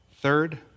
Third